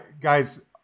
guys